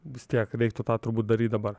vis tiek reiktų tą turbūt daryt dabar